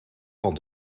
van